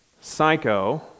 Psycho